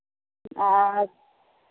आ